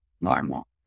normal